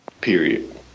period